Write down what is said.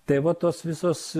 tai va tos visos